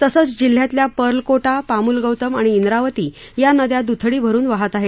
तसंच जिल्ह्यातल्या पर्लकोटा पामुलगौतम आणि द्वावती या नद्या दुथडी भरुन वाहत आहेत